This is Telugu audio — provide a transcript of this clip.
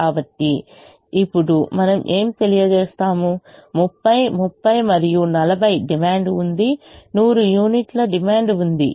కాబట్టి ఇప్పుడు మనం ఏమి తెలియజేస్తాము 30 30 మరియు 40 డిమాండ్ ఉంది 100 యూనిట్ల డిమాండ్ ఉంది